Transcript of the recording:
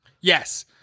Yes